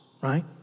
right